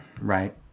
right